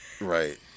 Right